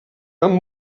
amb